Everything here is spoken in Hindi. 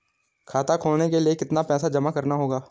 खाता खोलने के लिये कितना पैसा जमा करना होगा?